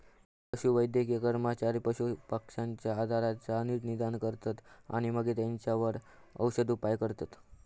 पशुवैद्यकीय कर्मचारी पशुपक्ष्यांच्या आजाराचा नीट निदान करतत आणि मगे तेंच्यावर औषदउपाय करतत